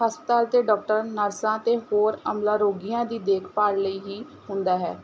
ਹਸਪਤਾਲ ਅਤੇ ਡਾਕਟਰ ਨਰਸਾਂ ਅਤੇ ਹੋਰ ਅਮਲਾ ਰੋਗੀਆਂ ਦੀ ਦੇਖਭਾਲ ਲਈ ਹੀ ਹੁੰਦਾ ਹੈ